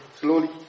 slowly